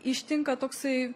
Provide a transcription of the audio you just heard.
ištinka toksai